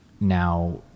Now